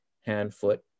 hand-foot